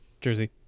Jersey